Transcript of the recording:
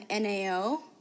NAO